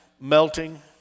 melting